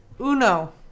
Uno